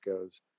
goes